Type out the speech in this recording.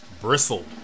Bristled